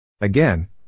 Again